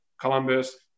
Columbus